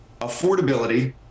affordability